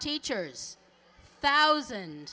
teachers thousand